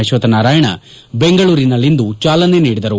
ಅಶ್ವತ್ಡನಾರಾಯಣ ಬೆಂಗಳೂರಿನಲ್ಲಿಂದು ಚಾಲನೆ ನೀಡಿದರು